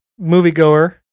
moviegoer